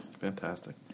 Fantastic